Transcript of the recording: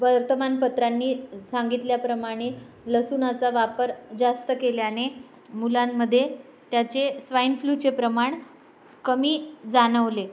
वर्तमानपत्रांनी सांगितल्याप्रमाणे लसणाचा वापर जास्त केल्याने मुलांमध्ये त्याचे स्वाइन फ्लुचे प्रमाण कमी जाणवले